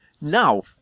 Now